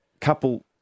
couple